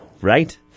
right